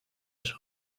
açò